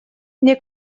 мне